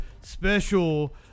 special